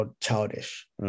childish